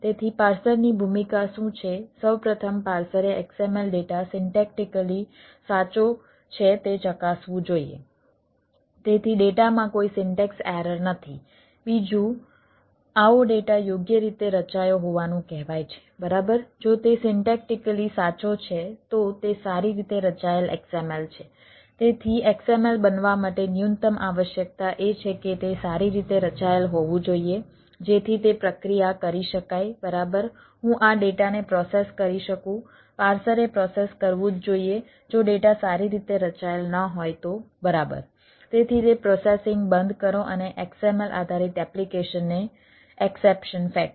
તેથી પાર્સરે XML data syntactically ફેંકો